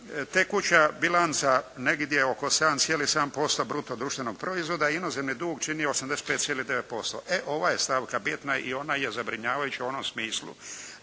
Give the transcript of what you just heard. Tekuća bilanca negdje oko 7,7% bruto društvenog proizvoda inozemni dug čini 85,9%. E ova je stavka bitna i ona je zabrinjavajuća u onom smislu